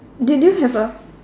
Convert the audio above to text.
did you have a